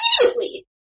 immediately